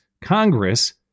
Congress